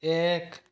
एक